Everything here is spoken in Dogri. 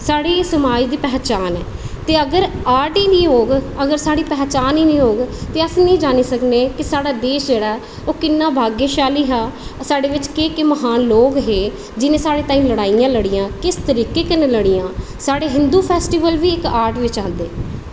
साढ़ी समाज़ दी पहचान ऐ ते अगर आर्ट निं होग अगर साढ़ी पहचान निं होग ते अस कियां जानी सकने की साढ़ा देश जेह्ड़ा ओह् किन्ना भाग्यशाली हा साढ़े बिच केह् केह् महान लोग हे जिनें साढ़े ताहीं लड़ाइयां लड़ियां किस तरीकै कन्नै लड़ियां साढ़े हिंदु फेस्टीवल बी इक्क आर्ट बिच गै आंदे